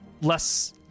less